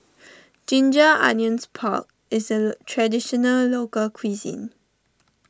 Ginger Onions Pork is a Traditional Local Cuisine